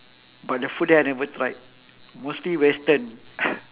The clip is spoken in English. but the food there I never tried mostly western